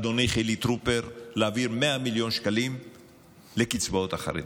אדוני חילי טרופר, לקצבאות החרדים.